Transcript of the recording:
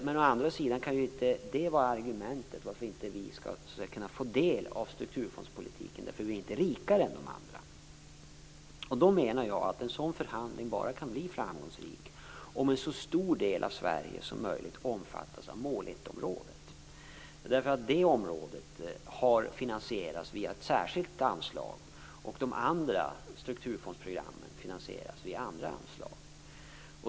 Men det kan inte vara ett argument för att inte vi skall kunna få del av strukturfondspolitiken, för vi är inte rikare än de andra. Jag menar att en sådan förhandling bara kan bli framgångsrik om en så stor del av Sverige som möjligt omfattas av mål 1-området. Det området har finansierats via ett särskilt anslag, och de andra strukturfondsprogrammen finansieras via andra anslag.